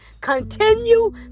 continue